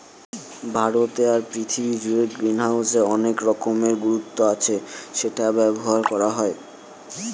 ভারতে আর পৃথিবী জুড়ে গ্রিনহাউসের অনেক রকমের গুরুত্ব আছে সেটা ব্যবহার করা হয়